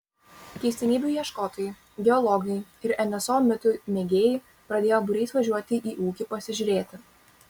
keistenybių ieškotojai geologai ir nso mitų mėgėjai pradėjo būriais važiuoti į ūkį pasižiūrėti